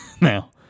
now